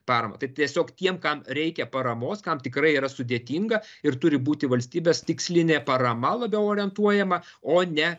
paramą tai tiesiog tiem kam reikia paramos kam tikrai yra sudėtinga ir turi būti valstybės tikslinė parama labiau orientuojama o ne